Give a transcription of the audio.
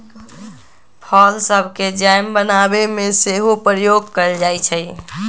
फल सभके जैम बनाबे में सेहो प्रयोग कएल जाइ छइ